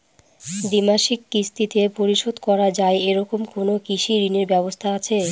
দ্বিমাসিক কিস্তিতে পরিশোধ করা য়ায় এরকম কোনো কৃষি ঋণের ব্যবস্থা আছে?